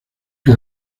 que